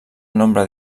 nombre